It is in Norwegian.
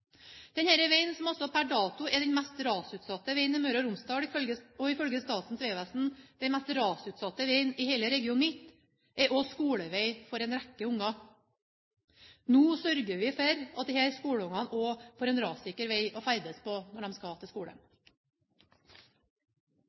veien, som altså per dato er den mest rasutsatte veien i Møre og Romsdal og ifølge Statens vegvesen den mest rasutsatte i hele Region midt, er også skolevei for en rekke unger. Nå sørger vi for at disse skoleungene også får en rassikker vei å ferdes på når de skal til skolen.